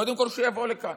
קודם כול שיבוא לכאן.